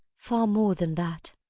far more than that.